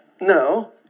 No